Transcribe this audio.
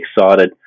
excited